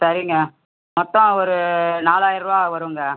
சரிங்க மொத்தம் ஒரு நாலாயிர ரூபா வருங்க